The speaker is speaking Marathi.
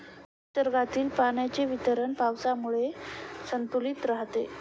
निसर्गातील पाण्याचे वितरण पावसामुळे संतुलित राहते